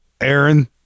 Aaron